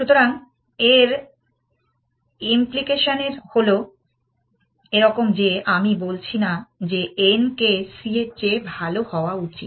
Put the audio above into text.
সুতরাং এর ইমপ্লিকেশন হল এরকম যে আমি বলছি না যে n কে c এর চেয়ে ভাল হওয়া উচিত